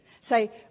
Say